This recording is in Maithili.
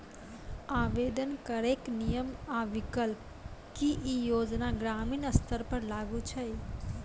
आवेदन करैक नियम आ विकल्प? की ई योजना ग्रामीण स्तर पर लागू छै?